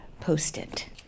post-it